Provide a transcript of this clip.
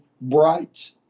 bright